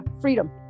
freedom